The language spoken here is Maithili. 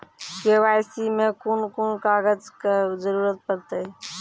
के.वाई.सी मे कून कून कागजक जरूरत परतै?